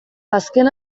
azken